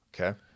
Okay